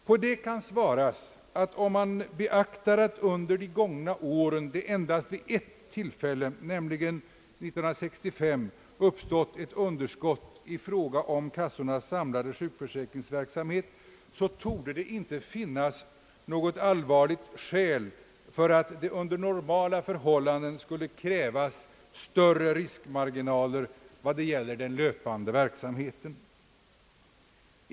Mot detta kan anföras att det under beaktande av att det under de gångna åren endast vid ett tillfälle, nämligen år 1965, uppstått ett underskott i fråga om kassornas samlade sjukförsäkringsverksamhet inte torde finnas något allvarligt skäl för att det under normala förhållanden skulle krävas större riskmarginaler vad det gäller den löpande verksamheten.